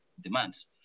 demands